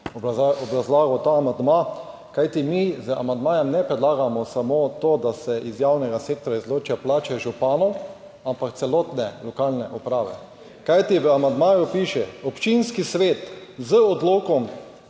obrazlagal ta amandma, kajti mi z amandmajem ne predlagamo samo tega, da se iz javnega sektorja izločijo plače županov, ampak celotne lokalne uprave, kajti v amandmaju piše, občinski svet z odlokom